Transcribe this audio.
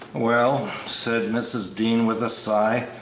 well, said mrs. dean, with a sigh,